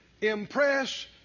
impress